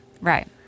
Right